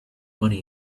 money